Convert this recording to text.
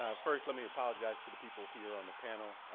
ah first, let me apologize to the people here on the panel.